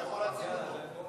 אתה יכול להציג אותו.